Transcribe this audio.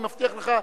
אני מבטיח לך,